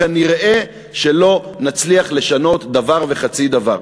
כנראה לא נצליח לשנות דבר וחצי דבר.